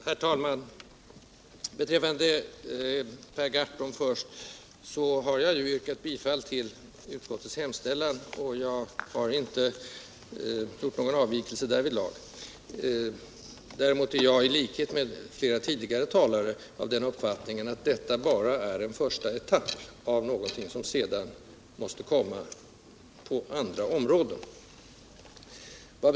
Herr talman! Beträffande det Per Gahrton sade, så har jag yrkat bifall till utskottets hemställan och jag har inte gjort någon avvikelse därvidlag. Däremot är jag i likhet med flera tidigare talare av den uppfattningen att detta bara är en första etapp av någonting som sedan måste fullföljas även på andra områden.